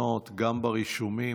חברי הכנסת,